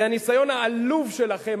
היא הניסיון העלוב שלכם,